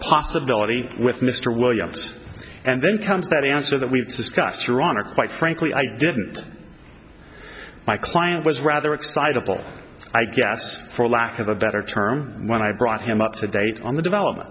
possibility with mr williams and then comes that answer that we've discussed your honor quite frankly i didn't my client was rather excitable i guess for lack of a better term when i brought him up to date on the development